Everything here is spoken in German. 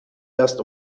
erst